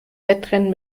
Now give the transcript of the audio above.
wettrennen